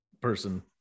person